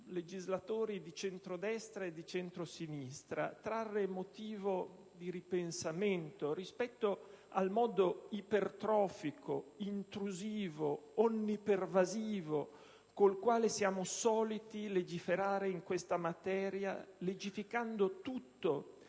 legislatori di centrodestra e di centrosinistra, trarre motivo di ripensamento rispetto al modo ipertrofico, intrusivo, omnipervasivo, col quale siamo soliti legiferare in questa materia, "legificando"